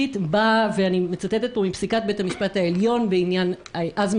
להמשיך לפעול בפעילות של קידום חקיקה?